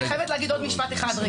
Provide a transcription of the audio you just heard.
אני חייבת להגיד עוד משפט אחד.